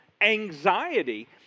anxiety